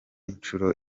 nshuro